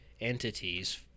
entities